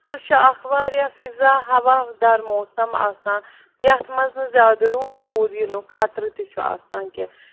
سُہ چھُ اکھ واریاہ فِضا دار موسَم آسان یَتھ منٛز نہٕ زیادٕ روٗد ووٗد یِنُک خطرٕ تہِ چھُنہٕ آسان کیٚنہہ